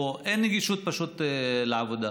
נגישות פשוט לעבודה.